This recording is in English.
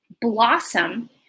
blossom